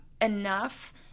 enough